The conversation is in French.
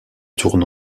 tourne